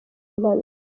impanuka